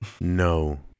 No